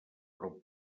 però